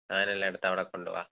സാധനം എല്ലാം എടുത്ത അവിടെ കൊണ്ടുപോവാം